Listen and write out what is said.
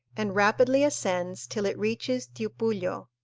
and rapidly ascends till it reaches tiupullo,